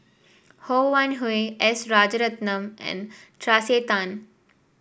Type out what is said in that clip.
Ho Wan Hui S Rajaratnam and Tracey Tan